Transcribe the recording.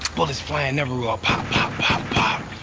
bullets flying everywhere, pop, pop, pop, pop.